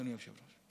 אדוני היושב-ראש,